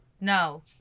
no